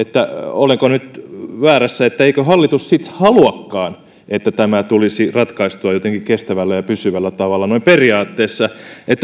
olenko väärässä että eikö hallitus sitten haluakaan että tämä tulisi ratkaistua jotenkin kestävällä ja pysyvällä tavalla noin periaatteessa